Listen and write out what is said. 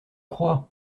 crois